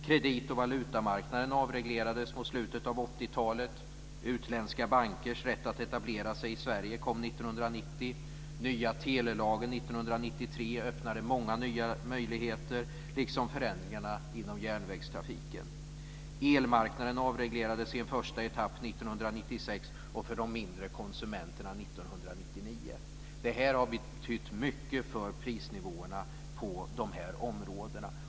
Kredit och valutamarknaden avreglerades i slutet av 80-talet. Utländska bankers rätt att etablera sig kom år 1990. Nya telelagen som kom år 1993 öppnade många nya möjligheter liksom förändringarna inom järnvägstrafiken. Elmarknaden avreglerades i en första etapp år 1996 och för de mindre konsumenterna år 1999. Detta har betytt mycket för prisutvecklingen på dessa områden.